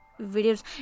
videos